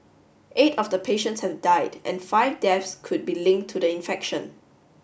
eight of the patients have died and five deaths could be linked to the infection